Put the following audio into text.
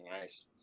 Nice